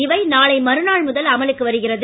இவை நாளை மறுநாள் முதல் அமலுக்கு வருகிறது